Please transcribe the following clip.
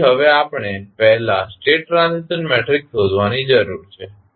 તેથી હવે આપણે પહેલા સ્ટેટ ટ્રાન્ઝિશન મેટ્રિક્સ શોધવાની જરૂર છે